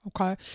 Okay